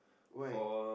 why